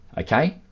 okay